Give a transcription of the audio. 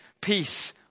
peace